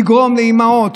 לגרום לאימהות,